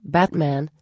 Batman